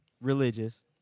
religious